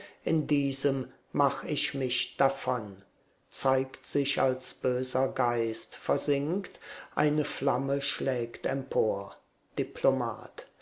in diesem mach ich mich davon zeigt sich als böser geist versinkt eine flamme schlägt empor diplomat